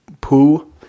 poo